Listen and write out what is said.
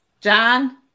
John